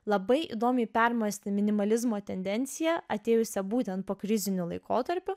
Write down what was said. labai įdomiai permąstė minimalizmo tendenciją atėjusią būtent po krizinių laikotarpių